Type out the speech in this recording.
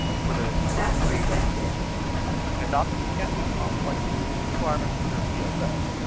for those complex professional service requirements and not that you can't do complex requirements under a pss,